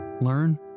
learn